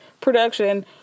production